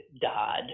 dodd